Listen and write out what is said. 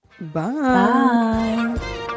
Bye